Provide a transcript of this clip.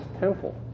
temple